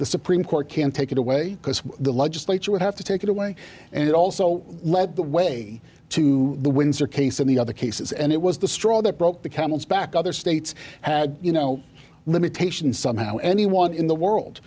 the supreme court can't take it away because the legislature would have to take it away and it also led the way to the windsor case and the other cases and it was the straw that broke the camel's back other states had you know limitations somehow anyone in the world